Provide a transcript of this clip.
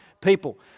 people